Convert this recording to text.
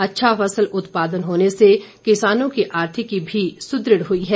अच्छा फसल उत्पादन होने से किसानों की आर्थिकी भी सुदृढ़ हुई है